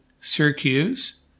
Syracuse